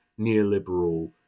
neoliberal